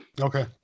Okay